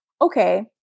okay